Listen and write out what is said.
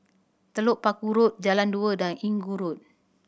Telok Paku Road Jalan Dua and Inggu Road